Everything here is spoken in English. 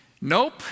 Nope